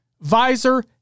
visor